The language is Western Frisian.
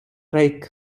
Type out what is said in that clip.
reek